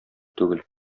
түгел